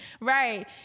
right